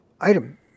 item